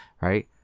Right